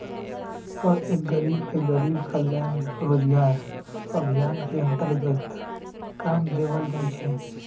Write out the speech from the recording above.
हर एक गरीब के गरीब कल्याण रोजगार अभियान के अन्तर्गत काम देवल जा हई